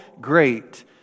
great